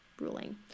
ruling